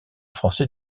français